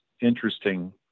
interesting